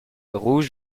rouge